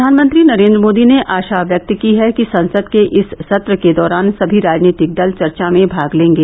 प्रधानमंत्री नरेन्द्र मोदी ने आशा व्यक्त की है कि संसद के इस सत्र के दौरान सभी राजनीतिक दल चर्चा में भाग लेंगे